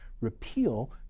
repeal